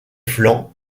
flancs